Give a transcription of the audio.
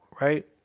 right